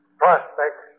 prospect